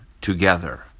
together